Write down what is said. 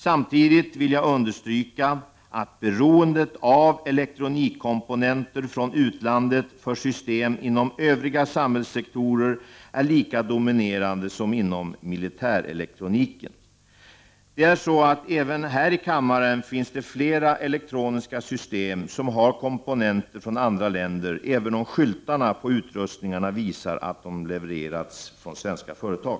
Samtidigt vill jag understryka att beroendet av elektronikkomponenter från utlandet för system inom övriga samhällssektorer är lika dominerande som inom militärelektroniken. Det är så att även här i kammaren finns det flera elektroniska system som har komponenter från andra länder, även om skyltarna på utrustningarna visar att de levererats från svenska företag.